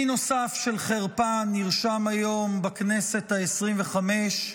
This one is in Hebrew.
שיא נוסף של חרפה נרשם היום בכנסת העשרים-וחמש,